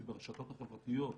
זה ברשתות החברתיות,